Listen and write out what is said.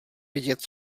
vidět